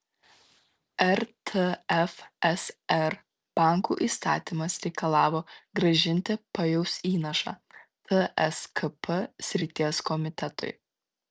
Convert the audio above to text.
rtfsr bankų įstatymas reikalavo grąžinti pajaus įnašą tskp srities komitetui